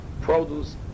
produce